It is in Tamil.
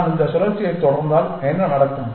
நான் இந்த சுழற்சியைத் தொடர்ந்தால் என்ன நடக்கும்